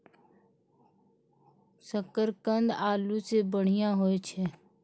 शकरकंद आलू सें बढ़िया होय छै